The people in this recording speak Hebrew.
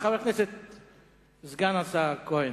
חבר הכנסת סגן השר כהן